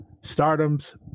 Stardom's